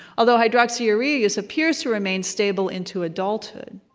although hydroxyurea use appears to remain stable into adulthood.